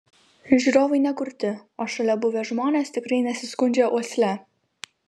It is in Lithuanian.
žiūrovai ne kurti o šalia buvę žmonės tikrai nesiskundžia uosle